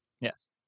Yes